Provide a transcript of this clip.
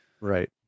Right